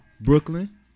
Brooklyn